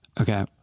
Okay